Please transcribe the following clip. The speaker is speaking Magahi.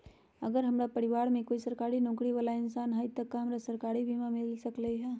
अगर हमरा परिवार में कोई सरकारी नौकरी बाला इंसान हई त हमरा सरकारी बीमा मिल सकलई ह?